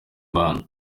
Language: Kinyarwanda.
kantu